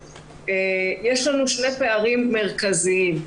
יש לנו שני פערים מרכזיים.